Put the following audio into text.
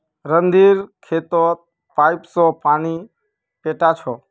रणधीर खेतत पाईप स पानी पैटा छ